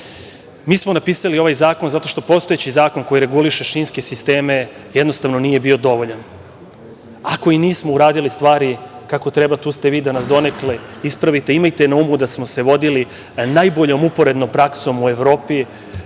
smo napisali ovaj zakon zato što postojeći zakon koji reguliše šinske sisteme jednostavno nije bio dovoljan. Ako i nismo uradili stvari kako treba, tu ste vi da nas donekle ispravite. Imajte na umu da smo se vodili najboljom uporednom praksom u Evropi.